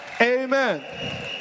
amen